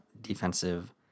defensive